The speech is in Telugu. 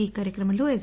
ఈ కార్యక్రమంలో ఎస్